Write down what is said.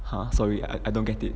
!huh! sorry I I don't get it